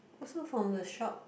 also from the shop